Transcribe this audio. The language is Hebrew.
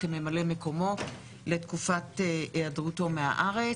כממלא מקומו לתקופת היעדרותו מהארץ.